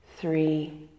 Three